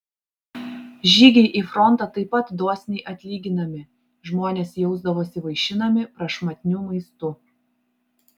žygiai į frontą taip pat dosniai atlyginami žmonės jausdavosi vaišinami prašmatniu maistu